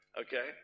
Okay